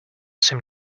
seem